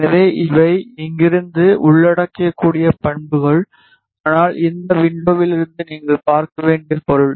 எனவே இவை இங்கிருந்து உள்ளிடக்கூடிய பண்புகள் ஆனால் இந்த விண்டோஸிலிருந்து நீங்கள் பார்க்க வேண்டிய பொருள்